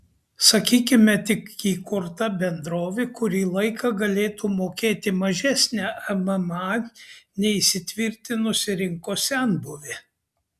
sakykime tik įkurta bendrovė kurį laiką galėtų mokėti mažesnę mma nei įsitvirtinusi rinkos senbuvė